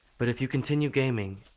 but if you continue gaming,